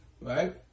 Right